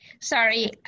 Sorry